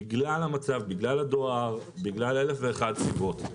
בגלל המצב, בגלל הדואר, בגלל אלף ואחת סיבות.